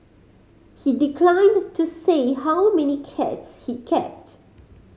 he declined to say how many cats he kept